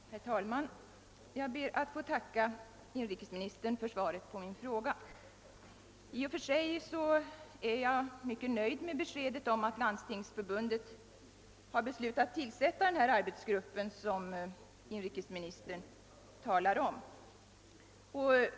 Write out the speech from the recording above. Herr talman! Jag ber att få tacka inrikesministern för svaret på min fråga. I och för sig är jag mycket nöjd med beskedet om att Landstingsförbundet har beslutat tillsätta den arbetsgrupp som inrikesministern talar om.